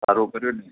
સારું કર્યું ને